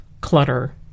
clutter